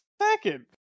second